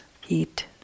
heat